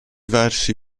versi